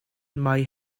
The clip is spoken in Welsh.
mae